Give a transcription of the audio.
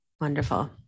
Wonderful